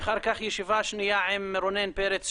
ואחר-כך ישיבה שנייה עם רונן פרץ,